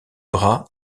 bras